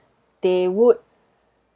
they would